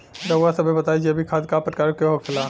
रउआ सभे बताई जैविक खाद क प्रकार के होखेला?